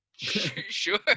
sure